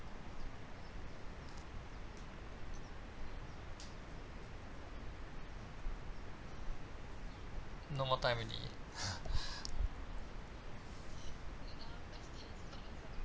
no more time already